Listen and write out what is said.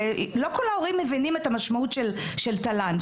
לא כל ההורים מבינים את המשמעות של תל"ן.